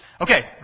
Okay